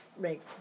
make